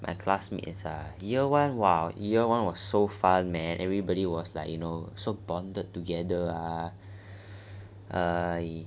my classmates ah year one !wah! year one was so fun man everybody was like you know so bonded together ah err